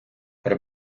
при